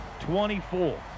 24